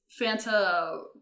Fanta